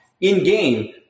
in-game